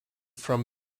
from